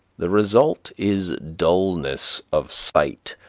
the result is dulness of sight,